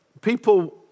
people